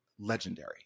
Legendary